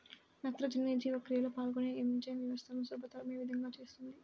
నత్రజని జీవక్రియలో పాల్గొనే ఎంజైమ్ వ్యవస్థలను సులభతరం ఏ విధముగా చేస్తుంది?